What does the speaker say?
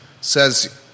says